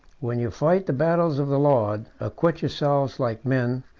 when you fight the battles of the lord, acquit yourselves like men,